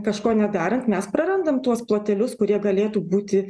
kažko nedarant mes prarandam tuos plotelius kurie galėtų būti